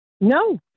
No